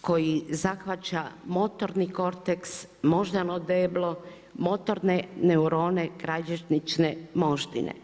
koji zahvaća motorni korteks, moždano deblo, motorne neurone kralježnične moždine.